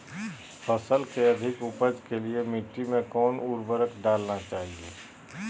फसल के अधिक उपज के लिए मिट्टी मे कौन उर्वरक डलना चाइए?